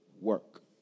work